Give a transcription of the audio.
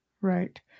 Right